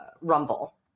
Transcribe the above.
rumble